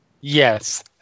Yes